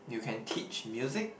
you can teach music